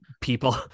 people